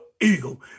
Eagle